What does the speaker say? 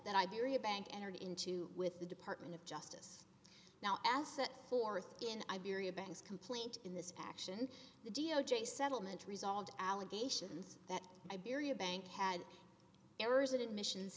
iberia bank entered into with the department of justice now as set forth in iberia bank's complaint in this action the d o j settlement resolved allegations that iberia bank had errors in admissions